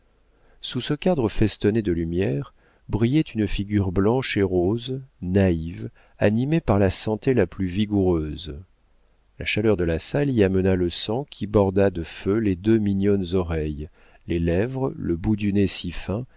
sous ce cadre festonné de lumière brillait une figure blanche et rose naïve animée par la santé la plus vigoureuse la chaleur de la peau y amena le sang qui borda de feu les deux mignonnes oreilles les lèvres le bout du nez si fin